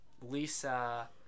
lisa